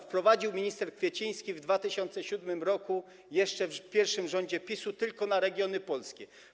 Wprowadził to minister Kwieciński w 2007 r. jeszcze w pierwszym rządzie PiS-u tylko dla regionów polskich.